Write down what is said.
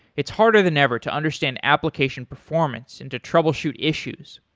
it's harder than ever to understand application performance and to troubleshoot issues.